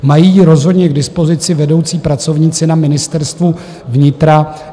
Mají ji rozhodně k dispozici vedoucí pracovníci na Ministerstvu vnitra.